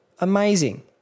Amazing